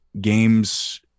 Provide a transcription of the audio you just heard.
games